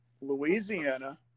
Louisiana